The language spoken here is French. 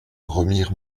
remire